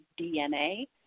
DNA